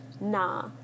Nah